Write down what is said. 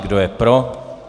Kdo je pro?